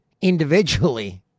individually